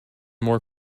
more